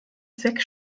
zweck